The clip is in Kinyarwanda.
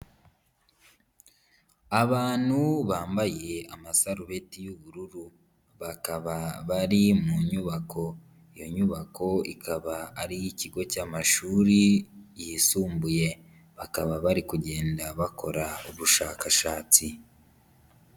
Abantu bambaye amasarubeti y'ubururu bakaba bari mu nyubako, iyo nyubako ikaba ari iyikigo cy'amashuri yisumbuye, bakaba bari kugenda bakora ubushakashatsi.